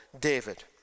David